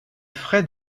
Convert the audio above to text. frais